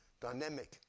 dynamic